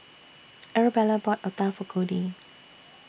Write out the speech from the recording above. Arabella bought Otah For Cody